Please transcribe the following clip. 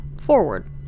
forward